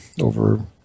over